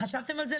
חשבתם על זה?